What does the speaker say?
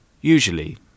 Usually